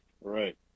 Right